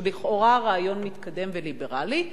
והוא לכאורה רעיון מתקדם וליברלי,